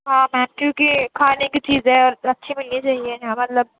ہاں میم کیونکہ کھانے کی چیز ہے اور اچھی ملنی چاہیے نہ مطلب